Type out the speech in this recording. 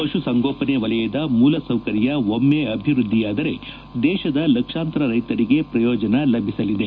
ಪಶುಸಂಗೋಪನೆ ವಲಯದ ಮೂಲ ಸೌಕರ್ಯ ಒಮ್ನೆ ಅಭಿವೃದ್ಷಿಯಾದರೆ ದೇಶದ ಲಕ್ಷಾಂತರ ರೈತರಿಗೆ ಪ್ರಯೋಜನ ಲಭಿಸಲಿದೆ